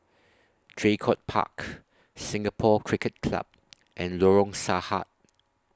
Draycott Park Singapore Cricket Club and Lorong Sarhad